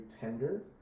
tender